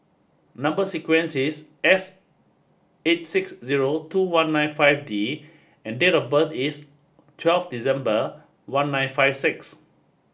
number sequence is S eight six zero two one nine five D and date of birth is twelve December one nine five six